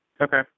Okay